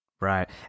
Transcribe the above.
Right